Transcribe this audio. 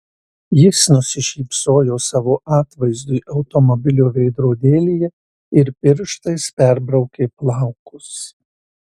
jis nusišypsojo savo atvaizdui automobilio veidrodėlyje ir pirštais perbraukė plaukus